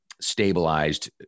stabilized